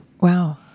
Wow